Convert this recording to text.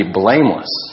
blameless